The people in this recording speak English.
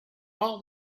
all